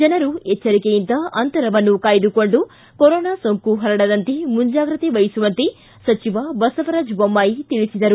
ಜನರು ಎಚ್ಚರಿಕೆಯಿಂದ ಅಂತರವನ್ನು ಕಾಯ್ದುಕೊಂಡು ಕೊರೊನಾ ಸೋಂಕು ಪರಡದಂತೆ ಮುಂಜಾಗ್ರತೆ ವಹಿಸುವಂತೆ ಸಚಿವ ಬಸವರಾಜ ಬೊಮ್ನಾಯಿ ತಿಳಿಸಿದರು